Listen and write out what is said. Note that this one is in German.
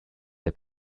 der